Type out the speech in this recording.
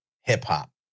hip-hop